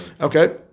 Okay